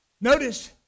Notice